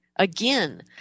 Again